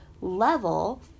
level